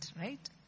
right